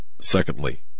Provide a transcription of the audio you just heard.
Secondly